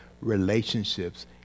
relationships